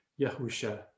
Yahusha